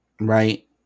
Right